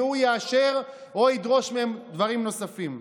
והוא יאשר או ידרוש מהם דברים נוספים.